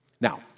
Now